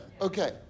okay